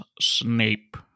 Snape